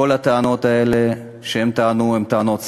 כל הטענות האלה שהם טענו הן טענות סרק,